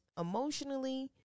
emotionally